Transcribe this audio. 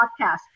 podcast